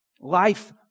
Life